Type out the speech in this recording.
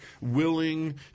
willing